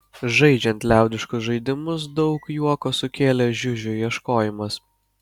žaidžiant liaudiškus žaidimus daug juoko sukėlė žiužio ieškojimas